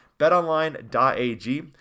BetOnline.ag